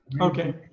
Okay